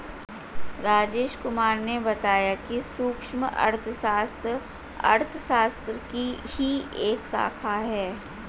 राजेश कुमार ने बताया कि सूक्ष्म अर्थशास्त्र अर्थशास्त्र की ही एक शाखा है